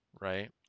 right